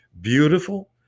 beautiful